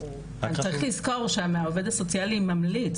צריך לזכור שהעובד הסוציאלי ממליץ,